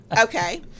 okay